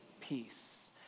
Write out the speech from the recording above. peace